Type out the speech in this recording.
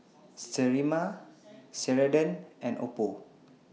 Sterimar Ceradan and Oppo